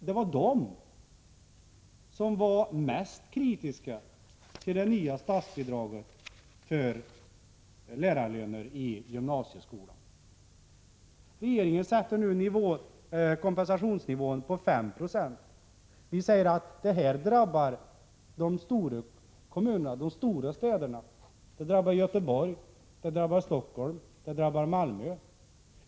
Det var de som var mest kritiska till det nya statsbidraget för lärarlönerna i gymnasieskolan. Regeringen sätter nu kompensationsnivån på 5 90. Vi säger att detta drabbar de stora kommunerna, de stora städerna. Det drabbar Göteborg, Stockholm, Malmö.